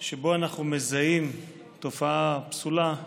שבו אנחנו מזהים תופעה פסולה,